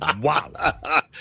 Wow